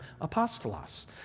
apostolos